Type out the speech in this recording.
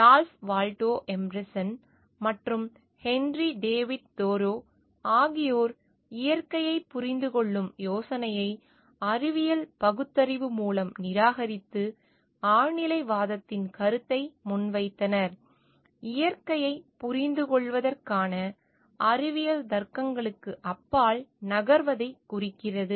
Ralph Waldo Emerson மற்றும் Henry David Thoreau ஆகியோர் இயற்கையைப் புரிந்துகொள்ளும் யோசனையை அறிவியல் பகுத்தறிவு மூலம் நிராகரித்து ஆழ்நிலைவாதத்தின் கருத்தை முன்வைத்தனர் இயற்கையைப் புரிந்துகொள்வதற்கான அறிவியல் தர்க்கங்களுக்கு அப்பால் நகர்வதைக் குறிக்கிறது